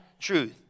truth